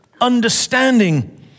understanding